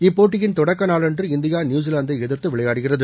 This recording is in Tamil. இப்போட்டியின் தொடக்க நாளான்று இந்தியா நியுசிலாந்தை எதிரித்து விளையாடுகிறது